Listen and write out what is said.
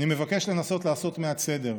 אני מבקש לנסות לעשות מעט סדר,